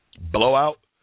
blowout